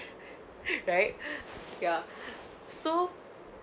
right ya so